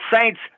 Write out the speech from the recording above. saints